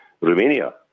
Romania